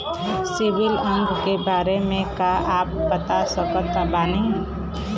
CIBIL अंक के बारे मे का आप बता सकत बानी?